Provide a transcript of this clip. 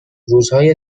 روزهای